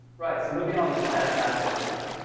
right, so moving on to the static maps api.